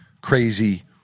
crazy